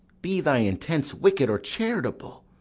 be thy intents wicked or charitable,